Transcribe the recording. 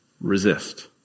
resist